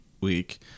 week